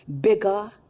bigger